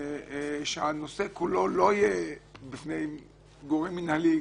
שהנושא כולו לא יהיה בפני גורם מנהלי,